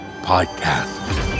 Podcast